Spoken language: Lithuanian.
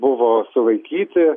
buvo sulaikyti